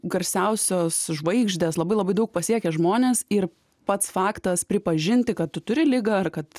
garsiausios žvaigždės labai labai daug pasiekę žmonės ir pats faktas pripažinti kad tu turi ligą ar kad